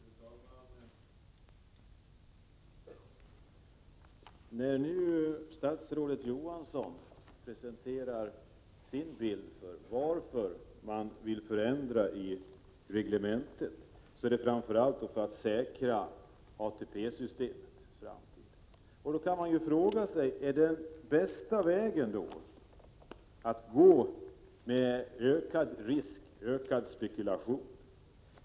Fru talman! När nu statsrådet Johansson presenterar sin bild av varför man vill ändra i reglementet, säger han att det framför allt är för att säkra ATP-systemets framtid. Då kan man fråga sig: Är det bästa vägen att gå, med ökad risk och ökad spekulation?